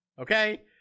okay